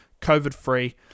COVID-free